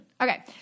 Okay